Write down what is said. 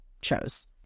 chose